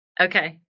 Okay